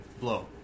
blow